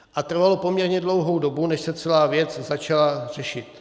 A trvalo poměrně dlouhou dobu, než se celá věc začala řešit.